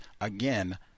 again